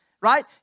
right